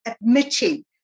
admitting